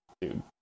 dude